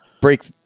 Break